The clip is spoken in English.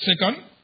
second